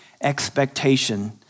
expectation